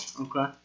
Okay